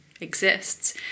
exists